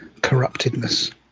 corruptedness